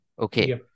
Okay